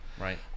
Right